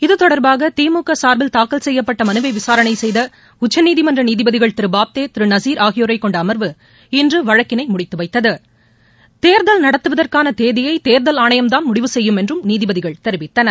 இத்தொடர்பாக திமுக சார்பில் தாக்கல் செய்யப்பட்ட மனுவை விசாரணை செய்த உச்சநீதிமன்ற நீதிபதிகள் திரு பாப்தே திரு நலீர் ஆகியோரைக் கொண்ட அமர்வு இன்று வழக்கினை முடித்து வைத்தது தேர்தல் நடத்துவதற்கான தேதியை தேர்தல் ஆணையம்தான் முடிவு செய்யும் என்றும் நீதிபதிகள் தெரிவித்தனர்